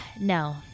No